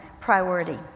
priority